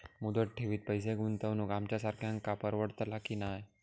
मुदत ठेवीत पैसे गुंतवक आमच्यासारख्यांका परवडतला की नाय?